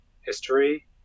history